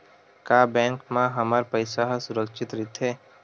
का बैंक म हमर पईसा ह सुरक्षित राइथे?